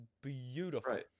beautiful